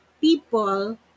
people